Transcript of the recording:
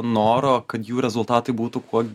noro kad jų rezultatai būtų kuo